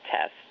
test